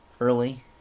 Early